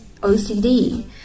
OCD